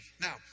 Now